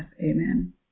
Amen